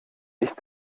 ich